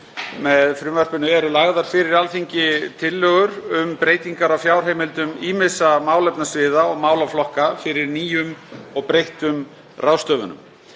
Með frumvarpinu eru lagðar fyrir Alþingi tillögur um breytingar á fjárheimildum ýmissa málefnasviða og málaflokka fyrir nýjum og breyttum ráðstöfunum.